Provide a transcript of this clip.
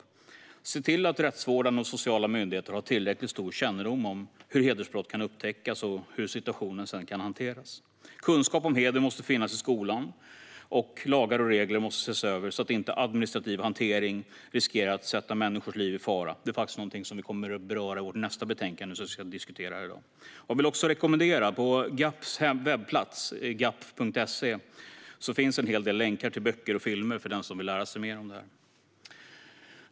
Det handlar om att se till att rättsvårdande och sociala myndigheter har tillräckligt stor kännedom om hur hedersbrott kan upptäckas och hur situationen sedan kan hanteras. Kunskap om heder måste finnas i skolan, och lagar och regler måste ses över så att inte administrativ hantering riskerar att sätta människors liv i fara. Det är någonting som vi kommer att beröra i nästa betänkande som vi ska diskutera här i dag. Jag vill rekommendera Glöm aldrig Pela och Fadimes webbplats, gapf.se, där det finns en hel del länkar till böcker och filmer för den som vill lära sig mer om det här.